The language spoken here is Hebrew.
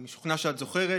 אני משוכנע שאת זוכרת.